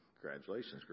Congratulations